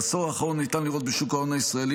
בעשור האחרון ניתן לראות בשוק ההון הישראלי